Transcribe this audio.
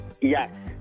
Yes